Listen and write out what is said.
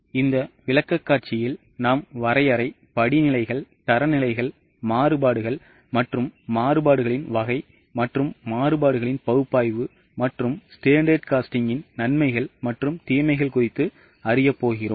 இப்போது இந்த விளக்கக்காட்சியில் நாம் வரையறை படிநிலைகள் தரநிலைகள் மாறுபாடுகள் மற்றும் மாறுபாடுகளின் வகை மற்றும் மாறுபாடுகளின் பகுப்பாய்வு மற்றும் standard costing ன்நன்மைகள் மற்றும் தீமைகள் பற்றி அறியப்போகிறோம்